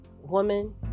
woman